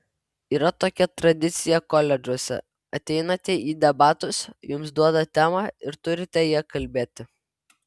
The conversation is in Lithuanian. yra tokia tradicija koledžuose ateinate į debatus jums duoda temą ir turite ja kalbėti